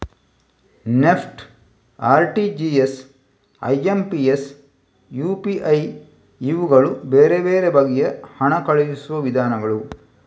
NEFT, RTGS, IMPS, UPI ಇವುಗಳು ಬೇರೆ ಬೇರೆ ಬಗೆಯ ಹಣ ಕಳುಹಿಸುವ ವಿಧಾನಗಳು